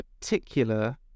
particular